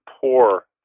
poor